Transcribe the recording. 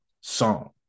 song